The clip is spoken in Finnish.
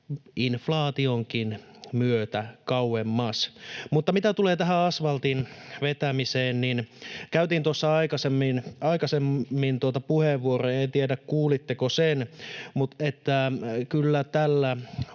inflaationkin myötä kauemmas. Mitä tulee tähän asvaltin vetämiseen, niin käytin tuossa aikaisemmin puheenvuoron — en tiedä, kuulitteko sen — että kyllä tällä